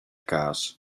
kaas